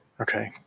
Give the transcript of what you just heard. Okay